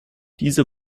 dieser